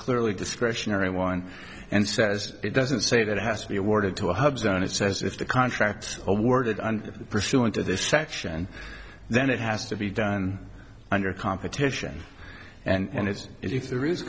clearly discretionary one and says it doesn't say that it has to be awarded to a hub zone and it says if the contracts awarded pursuant to this section then it has to be done under competition and it's if there is